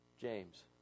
James